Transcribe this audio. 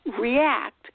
react